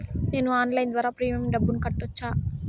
నేను ఆన్లైన్ ద్వారా ప్రీమియం డబ్బును కట్టొచ్చా?